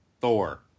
Thor